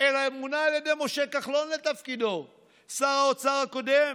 אלא מונה על ידי משה כחלון, שר האוצר הקודם.